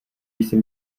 jsi